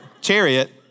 chariot